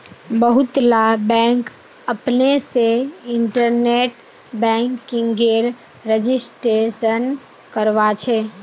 बहुतला बैंक अपने से इन्टरनेट बैंकिंगेर रजिस्ट्रेशन करवाछे